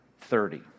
thirty